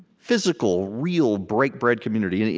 physical, real, break-bread community. and